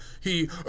He